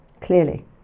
clearly